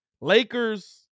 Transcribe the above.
Lakers